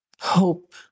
hope